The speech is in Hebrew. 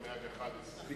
111. נכון,